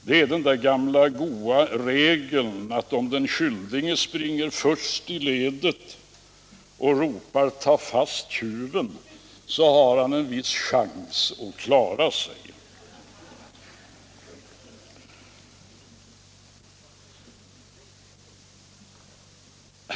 Det är den där gamla goda regeln att om den skyldige springer först i ledet och ropar ”Tag fast tjuven!” så har han en viss chans att klara sig.